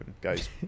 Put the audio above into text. guy's